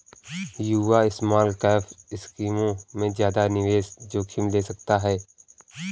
युवा स्मॉलकैप स्कीमों में ज्यादा निवेश जोखिम ले सकते हैं